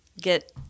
get